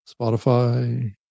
Spotify